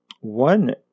One